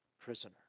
prisoner